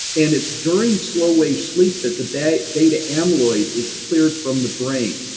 and it's during slow wave sleep that the beta beta amyloid is cleared from the brain.